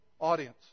audience